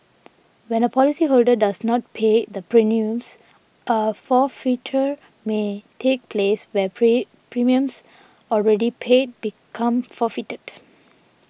when a policyholder does not pay the premiums a forfeiture may take place where premiums already paid become forfeited